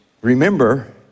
remember